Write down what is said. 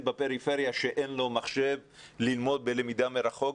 בפריפריה שאין לו מחשב ללמוד בלמידה מרחוק,